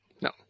No